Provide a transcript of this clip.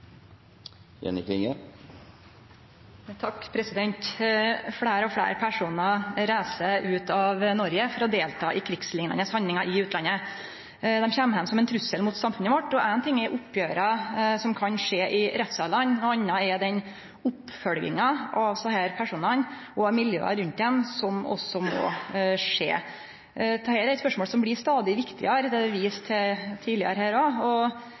Klinge – til oppfølgingsspørsmål. Fleire og fleire personar reiser ut av Noreg for å delta i krigsliknande handlingar i utlandet. Dei kjem heim som ein trussel mot samfunnet vårt. Éin ting er oppgjera som kan skje i rettssalane, noko anna er den oppfølginga av desse personane og miljøa rundt dei som også må skje. Dette er eit spørsmål som blir stadig viktigare. Det er det vist til tidlegare her